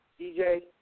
DJ